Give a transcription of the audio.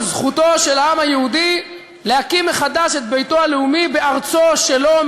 על זכותו של העם היהודי להקים מחדש את ביתו הלאומי בארצו שלו,